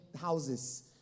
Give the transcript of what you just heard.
houses